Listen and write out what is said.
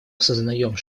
осознаем